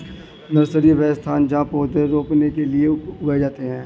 nursery, वह स्थान जहाँ पौधे रोपने के लिए उगाए जाते हैं